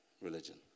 religion